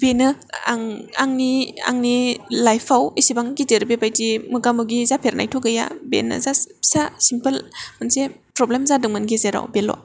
बेनो आं आंनि आंनि लाइफआव इसिबां गिदिर बेबादि मोगा मोगि जाफेरनायथ' गैया बेनो जास्ट फिसा सिमपल मोनसे प्रबलेम जादोंमोन गेजेराव बेल'